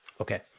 Okay